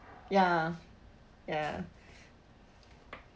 ya ya